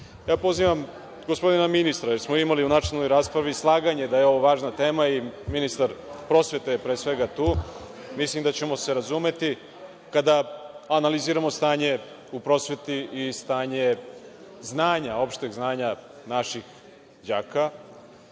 nama. Pozivam gospodina ministra, jer smo imali u načelnoj raspravi slaganje da je ovo važna tema, i ministar prosvete je pre svega tu, mislim da ćemo se razumeti, kada analiziramo stanje u prosveti i stanje opšteg znanja naših đaka. Mi